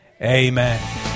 amen